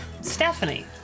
Stephanie